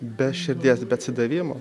be širdies be atsidavimo